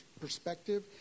perspective